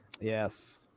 Yes